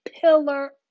pillar